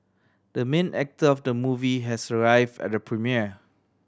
the main actor of the movie has arrive at the premiere